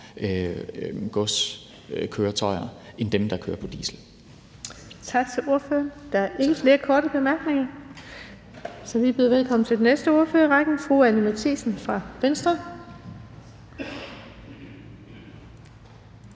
formand (Birgitte Vind): Tak til ordføreren. Der er ikke flere korte bemærkninger. Så vi byder velkommen til den næste ordfører i rækken, fru Anni Matthiesen fra Venstre.